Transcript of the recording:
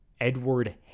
Edward